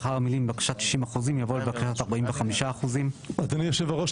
לאחר המילים 'לבקשת 60%' יבוא 'לבקשת 45%'. אדוני יושב הראש,